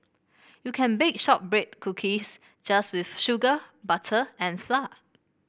you can bake shortbread cookies just with sugar butter and flour